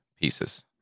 pieces